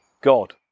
God